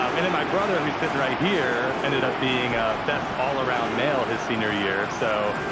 um and then my brother, who's sitting right here, ended up being ah best all-around male his senior year, so